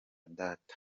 data